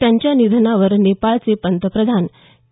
त्यांच्या निधनावर नेपाळचे पंतप्रधान के